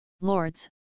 Lords